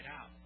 out